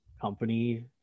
company